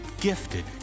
gifted